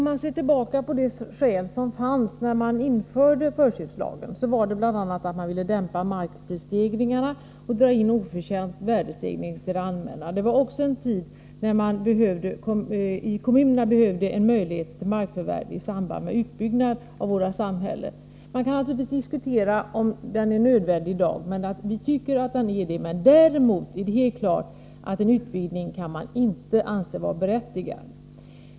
Herr talman! Anledningen till att förköpslagen infördes var bl.a. att man ville dämpa markprisstegringarna och dra in oförtjänt värdestegring till det allmänna. Det var också under en tid när kommunerna behövde möjligheter till markförvärv för att kunna göra utbyggnader. Man kan naturligtvis diskutera om denna förköpslag är nödvändig i dag. Vi tycker att den är det. Däremot kan en utvidgning av lagen inte anses berättigad.